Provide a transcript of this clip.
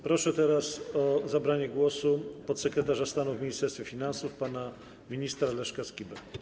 Proszę teraz o zabranie głosu podsekretarza stanu w Ministerstwie Finansów pana ministra Leszka Skibę.